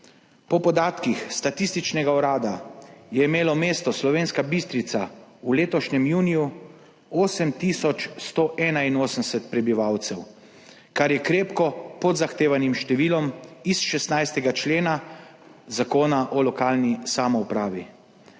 Po podatkih Statističnega urada je imelo mesto Slovenska Bistrica v letošnjem juniju 8 tisoč 181 prebivalcev, kar je krepko pod zahtevanim številom iz 16. člena Zakona o lokalni samoupravi.